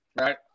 right